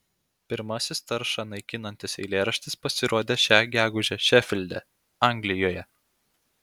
pirmasis taršą naikinantis eilėraštis pasirodė šią gegužę šefilde anglijoje